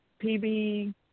PB